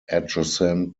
adjacent